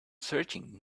searching